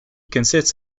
consists